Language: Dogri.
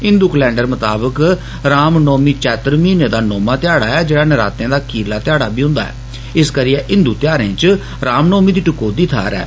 हिंदु कलैंडर मताबक राम नौमी चैत्र म्हीने दा नौमा ध्याड़ा ऐ जेड़ा नराते दा खीरला ध्याड़ा बी हुंदा ऐ इस करियै हिंदु त्योहारे चे रामनौमी दी टकोह्दी थाह्र ऐ